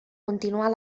continuar